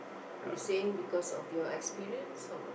you saying because of real experience or what